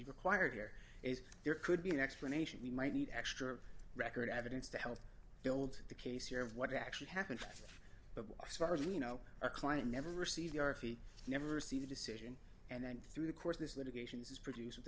required or is there could be an explanation we might need extra record evidence to help build the case here of what actually happened but as far as you know your client never received the r f e never received decision and then through the course this litigation's is produc